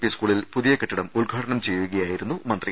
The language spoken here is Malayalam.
പി സ്കൂളിൽ പുതിയ കെട്ടിടം ഉദ്ഘാടനം ചെയ്യുക യായിരുന്നു മന്ത്രി